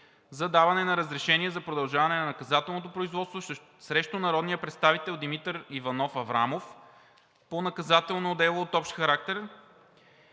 за даване на разрешение за продължаване на наказателното производство срещу народния представител Димитър Иванов Аврамов по наказателно дело от общ характер